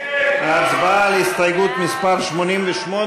הצבעה על הסתייגות מס' 88,